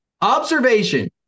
Observation